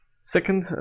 Second